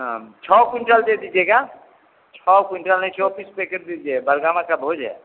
हाँ छः कुंटल दे दीजिएगा छः कुंटल नहीं छः पीस पैकेट दीजिए बरगामा का भोज है